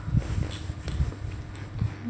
mm